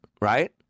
right